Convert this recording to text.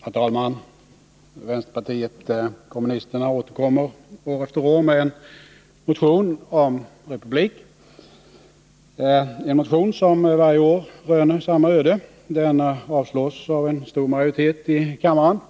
Herr talman! Vänsterpartiet kommunisterna återkommer år efter år med en motion om republik, en motion som varje år röner samma öde: den avslås av en stor majoritet i kammaren.